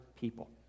people